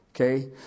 Okay